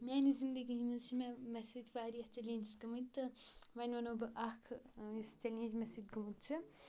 میٛانہِ زندگی منٛز چھِ مےٚ مےٚ سۭتۍ واریاہ چیلینج گٔمٕتۍ تہٕ وۄنۍ وَنو بہٕ اکھ یُس چیلینج مےٚ سۭتۍ گوٚمُت چھُ